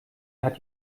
hat